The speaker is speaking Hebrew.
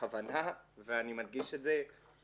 בכוונה, ואני מדגיש את זה,